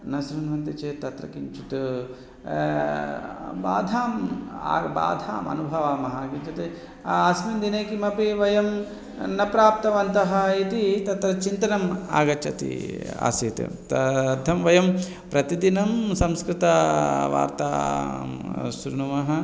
न शृण्वन्ति चेत् तत्र किञ्चित् बाधां आ बाधाम् अनुभवामः इत्युक्ते अस्मिन् दिने किमपि वयं न प्राप्तवन्तः इति तत्र चिन्तनम् आगच्छति आसीत् त थं वयं प्रतिदिनं संस्कृतवार्तां शृणुमः